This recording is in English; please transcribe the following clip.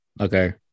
Okay